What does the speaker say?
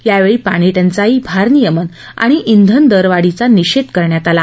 यावेळी पाणीटंचाई भारनियमन आणि इंधन दरवाढीचा निषेध करण्यात आला